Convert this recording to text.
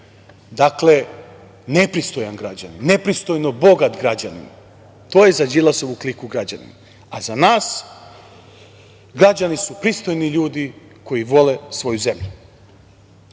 Dakle, nepristojan građanin, nepristojno bogat građanin, to je za Đilasovu kliku građanin, a za nas građani su pristojni ljudi koji vole svoju zemlju.I